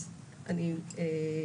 אז גם הנושא הזה יידון.